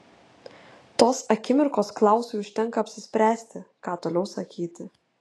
tos akimirkos klausui užtenka apsispręsti ką toliau sakyti